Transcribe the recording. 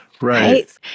right